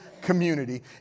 community